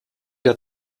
der